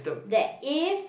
that if